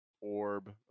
Orb